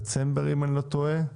אם אני לא טועה בדצמבר,